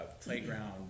playground